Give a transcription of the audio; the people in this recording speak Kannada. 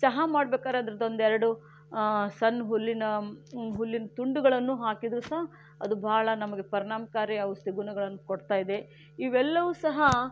ಚಹಾ ಮಾಡಬೇಕಾದ್ರೆ ಅದರದ್ದೊಂದು ಎರಡು ಸಣ್ಣ ಹುಲ್ಲಿನ ಹುಲ್ಲಿನ ತುಂಡುಗಳನ್ನು ಹಾಕಿದರೂ ಸಹ ಅದು ಭಾಳ ನಮಗೆ ಪರಿಣಾಮಕಾರಿ ಔಷಧಿ ಗುಣಗಳನ್ನು ಕೊಡ್ತಾ ಇದೆ ಇವೆಲ್ಲವೂ ಸಹ